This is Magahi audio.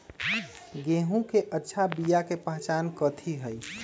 गेंहू के अच्छा बिया के पहचान कथि हई?